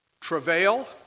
travail